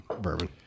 bourbon